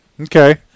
Okay